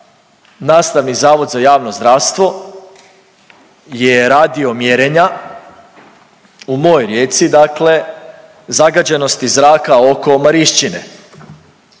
Nastavni zavod za javno zdravstvo je radio mjerenja u mojoj Rijeci dakle, zagađenosti zraka oko Marišćine.